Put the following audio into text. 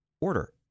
order